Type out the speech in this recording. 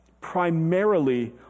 primarily